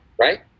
Right